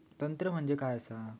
तंत्र म्हणजे काय असा?